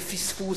זה פספוס.